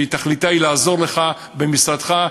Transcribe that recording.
שתכליתה לעזור לך במשרדך,